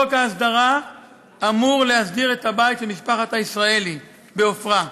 חוק ההסדרה אמור להסדיר את הבית של משפחת הישראלי בעפרה,